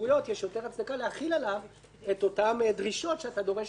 יש יותר הצדקה להחיל עליו את אותן דרישות שאתה דורש מגוף ציבורי.